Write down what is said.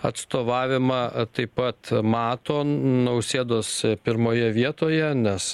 atstovavimą taip pat mato nausėdos pirmoje vietoje nes